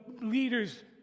leaders